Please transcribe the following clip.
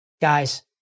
Guys